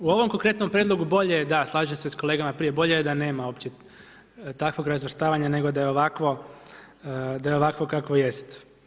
U ovom konkretnom prijedlogu bolje je, da, slažem se s kolegama prije, bolje je da nema uopće takvog razvrstavanja nego da je ovako kakvo jest.